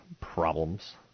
problems